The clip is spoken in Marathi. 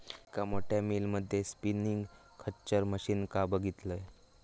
एक मोठ्या मिल मध्ये स्पिनींग खच्चर मशीनका बघितलंय